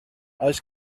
oes